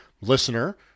listener